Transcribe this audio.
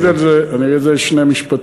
אני אגיד על זה שני משפטים.